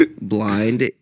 blind